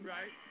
Right